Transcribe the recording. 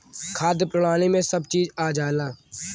खाद्य प्रणाली में सब चीज आ जाला